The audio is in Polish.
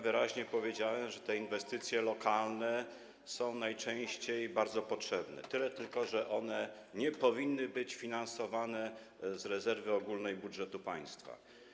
Wyraźnie powiedziałem, że inwestycje lokalne są najczęściej bardzo potrzebne, tyle tylko, że one nie powinny być finansowane z rezerwy ogólnej budżetu państwa.